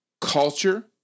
culture